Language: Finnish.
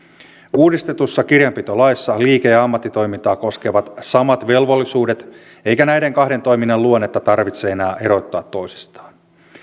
uudistetussa kirjanpitolaissa liike ja ammattitoimintaa koskevat samat velvollisuudet eikä näiden kahden toiminnan luonnetta tarvitse enää erottaa toisistaan